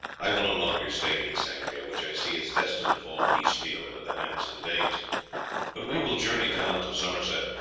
i will no longer stay in east anglia, which i see is destined to fall piecemeal into the hands of the danes but we will journey down to somerset,